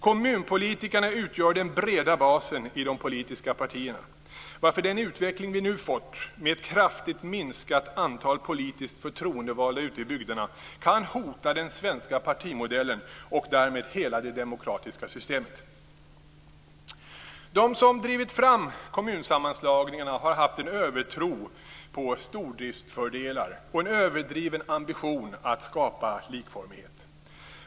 Kommunpolitikerna utgör den breda basen i de politiska partierna, varför den utveckling vi nu fått - med ett kraftigt minskat antal politiskt förtroendevalda ute i bygderna - kan hota den svenska partimodellen och därmed hela det demokratiska systemet. De som drivit fram kommunsammanslagningarna har haft en övertro på stordriftsfördelar och en överdriven ambition att skapa likformighet.